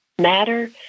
Matter